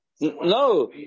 No